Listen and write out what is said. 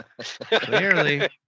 Clearly